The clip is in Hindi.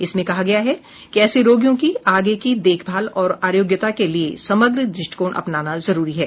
इसमें कहा गया है कि ऐसे रोगियों की आगे की देखभाल और आरोग्यता के लिए समग्र द्रष्टिकोण अपनाना जरूरी है